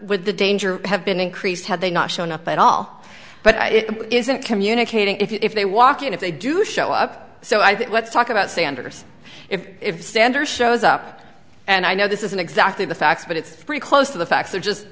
with the danger have been increased had they not shown up at all but it isn't communicating if they walk in if they do show up so i think let's talk about sanders if standards shows up and i know this isn't exactly the facts but it's pretty close to the facts or just